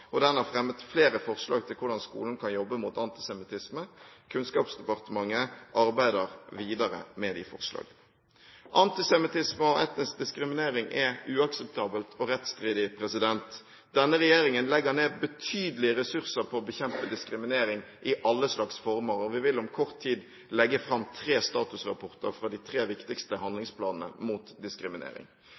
rettsstridig. Denne regjeringen legger ned betydelige ressurser på å bekjempe diskriminering i alle slags former, og vi vil om kort tid legge fram tre statusrapporter fra de tre viktigste handlingsplanene mot diskriminering.